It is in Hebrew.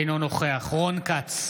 אינו נוכח רון כץ,